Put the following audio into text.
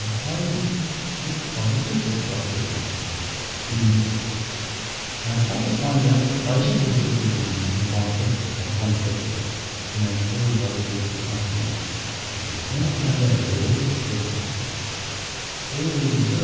i looked at um research this quite a bit at one stage in musica and i start to find out that i she thought sufism was one thing like one separate thing and had all these other groups was something else okay, then i found out that they all stem from there all these,